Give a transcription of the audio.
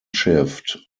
shift